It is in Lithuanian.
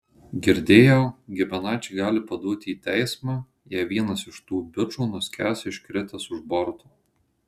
girdėjau giminaičiai gali paduoti į teismą jei vienas iš tų bičų nuskęs iškritęs už borto